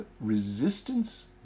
resistance